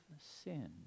sin